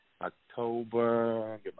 October